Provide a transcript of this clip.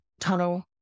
Tunnel